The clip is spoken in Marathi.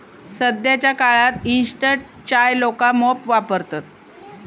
सध्याच्या काळात इंस्टंट चाय लोका मोप वापरतत